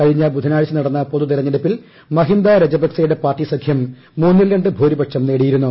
കഴിഞ്ഞ ബുധനാഴ്ച നടന്ന പൊതുതെരഞ്ഞെടുപ്പിൽ മഹിന്ദ രജപക്സെയുടെ പാർട്ടി സഖ്യം മൂന്നിൽ രണ്ട് ഭൂരിപക്ഷം നേടിയിരുന്നു